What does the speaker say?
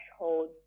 threshold